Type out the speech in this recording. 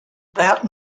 that